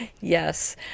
yes